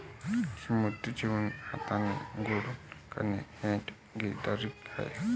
समुद्री जीवांना हाथाने गोडा करणे हैंड गैदरिंग आहे